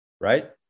right